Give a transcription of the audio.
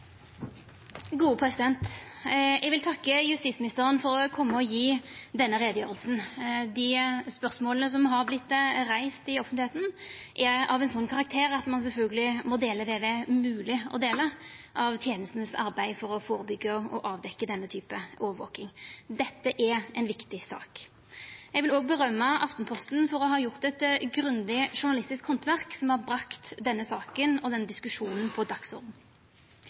Eg vil takka justisministeren for å koma hit og gje denne utgreiinga. Dei spørsmåla som har vorte reiste i offentlegheita, er av ein slik karakter at ein sjølvsagt må dela det som det er mogleg å dela av tenestenes arbeid for å førebyggja og avdekkja denne typen overvaking. Dette er ei viktig sak. Eg vil òg rosa Aftenposten for å ha gjort eit grundig journalistisk handverk, som har sett denne saka og denne diskusjonen på